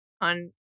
on